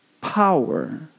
power